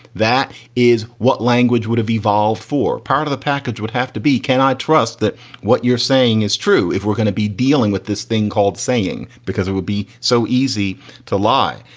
that is what language would have evolved for. part of the package would have to be. can i trust that what you're saying is true if we're gonna be dealing with this thing called saying. because it would be so easy to lie.